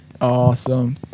Awesome